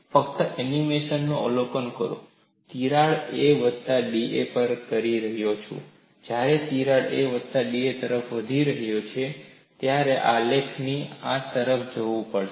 ફક્ત એનિમેશનનું અવલોકન કરો તિરાડ a વત્તા da પર વધી રહ્યો છે જ્યારે તિરાડ a વત્તા da તરફ વધી રહ્યો છે મારે આ આલેખથી આ તરફ જવું પડશે